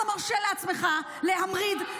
אתה מרשה לעצמך להמריד,